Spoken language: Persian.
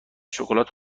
شکلات